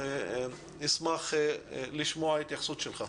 נשמח לשמוע את התייחסותך.